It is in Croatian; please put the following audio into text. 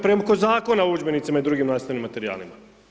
Preko Zakona o udžbenicima i drugim nastavnim materijalima.